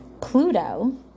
Pluto